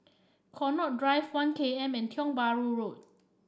Connaught Drive One K M and Tiong Bahru Road